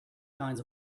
kinds